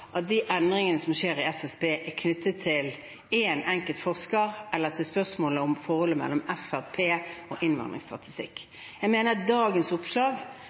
de endringene som skjer i SSB, er knyttet til én enkelt forsker eller til spørsmålet om forholdet mellom Fremskrittspartiet og innvandringsstatistikk. Jeg mener at dagens oppslag